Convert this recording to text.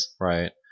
right